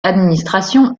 administration